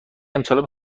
امسالم